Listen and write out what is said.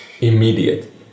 immediate